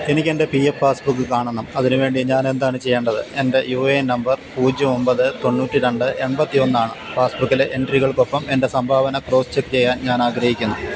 എനിക്കെൻ്റെ P F passbook കാണണം അതിനുവേണ്ടി ഞാൻ എന്താണ് ചെയ്യേണ്ടത് എൻ്റെ യു എ എൻ നമ്പർ പൂജ്യം ഒമ്പത് തൊണ്ണൂറ്റിരണ്ട് എൺപത്തിയൊന്നാണ് പാസ്ബുക്കിലെ എൻട്രികൾക്കൊപ്പം എൻ്റെ സംഭാവന ക്രോസ് ചെക്ക് ചെയ്യാൻ ഞാൻ ആഗ്രഹിക്കുന്നു